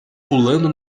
pulando